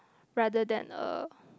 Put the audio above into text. rather than a